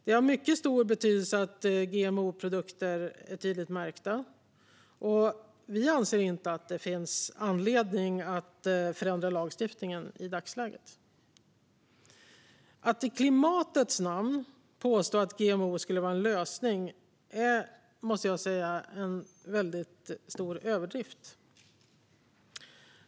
Det är av mycket stor betydelse att GMO-produkter är tydligt märkta. Vi anser inte att det finns anledning att förändra lagstiftningen i dagsläget. Att i klimatets namn påstå att GMO skulle vara en lösning är - måste jag säga - en väldigt stor överdrift.